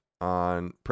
on